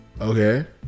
Okay